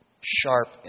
sharp